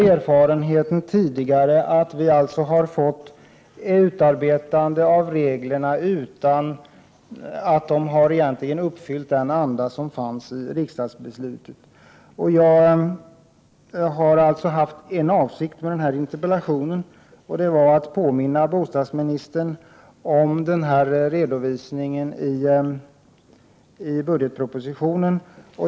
Erfarenheten har visat att reglerna egentligen inte efter riksdagsbeslutet 1985 utarbetats i riksdagsbeslutets anda. Avsikten med min interpellation var att påminna bostadsministern om denna redogörelse i budgetpropositionen.